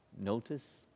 Notice